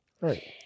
Right